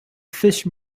fish